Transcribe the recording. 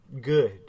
good